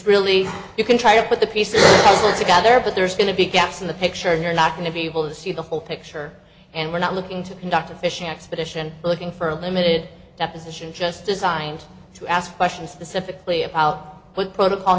really you can try to put the pieces together but there's going to be gaps in the picture and you're not going to be able to see the whole picture and we're not looking to conduct a fishing expedition looking for a limited deposition just designed to ask questions of the sceptically about what protocol